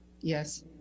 yes